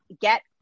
get